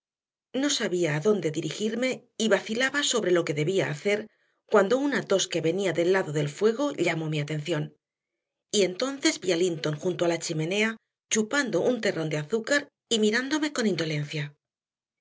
no sabía adónde dirigirme y vacilaba sobre lo que debía hacer cuando una tos que venía del lado del fuego llamó mi atención y entonces vi a linton junto a la chimenea chupando un terrón de azúcar y mirándome con indolencia